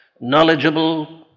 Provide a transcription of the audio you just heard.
knowledgeable